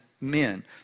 men